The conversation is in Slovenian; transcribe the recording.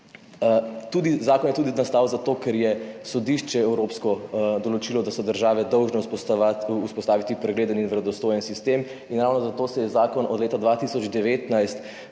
Zakon je nastal tudi zato, ker je Evropsko sodišče določilo, da so države dolžne vzpostaviti pregleden in verodostojen sistem in ravno zato se je zakon od leta 2019